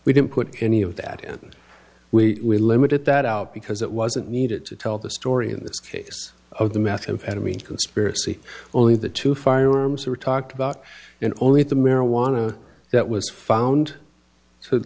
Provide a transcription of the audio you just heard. we didn't put any of that and we limited that out because it wasn't needed to tell the story in this case of the matter of enemy and conspiracy only the two firearms were talked about and only the marijuana that was found to